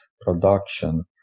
production